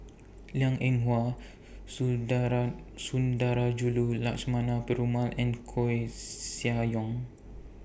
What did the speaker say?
Liang Eng Hwa Sundarajulu Lakshmana Perumal and Koeh Sia Yong